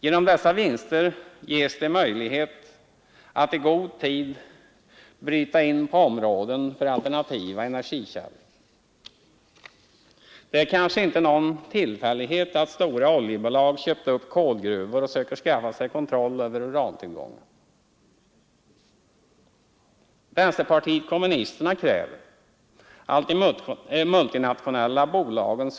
Genom dessa vinster ges de möjlighet att i god tid bryta in på områden för alternativa energikällor. Det kanske inte är någon tillfällighet att stora oljebolag köpt upp kolgruvor och söker skaffa sig kontroll över urantillgångar.